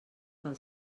pel